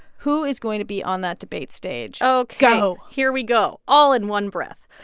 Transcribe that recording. who is going to be on that debate stage? ok go here we go all in one breath.